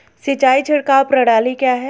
सिंचाई छिड़काव प्रणाली क्या है?